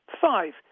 Five